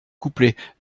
couplets